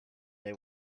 they